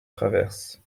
traverse